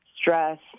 stress